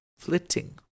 flitting